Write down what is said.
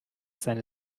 seine